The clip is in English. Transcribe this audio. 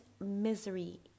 misery